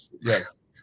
yes